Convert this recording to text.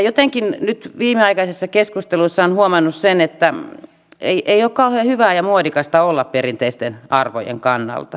jotenkin nyt viimeaikaisessa keskustelussa on huomannut sen että ei ole kauhean hyvää ja muodikasta olla perinteisten arvojen kannalla